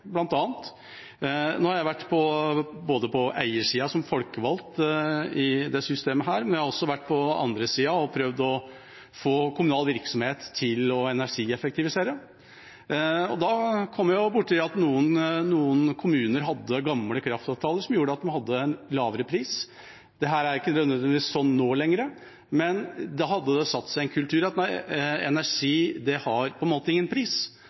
prøvd å få kommunal virksomhet til å energieffektivisere. Da kom jeg borti at noen kommuner hadde gamle kraftavtaler som gjorde at man hadde lavere pris. Det er ikke nødvendigvis slik nå lenger, men det hadde satt seg en kultur om at energi har ingen pris, og dermed har man ikke trengt å energiøkonomisere. Det er ikke i miljøets interesse, neppe heller i innbyggernes, at kommunen ikke lager en